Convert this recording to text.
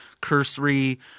cursory